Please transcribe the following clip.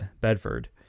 Bedford